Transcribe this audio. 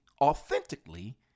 authentically